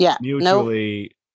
mutually